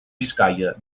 biscaia